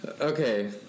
okay